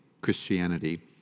Christianity